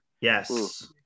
Yes